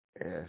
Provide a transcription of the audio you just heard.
Yes